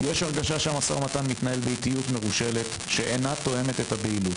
יש הרגשה שהמשא ומתן מתנהל באיטיות מרושלת שאינה תואמת את הבהילות.